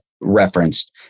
referenced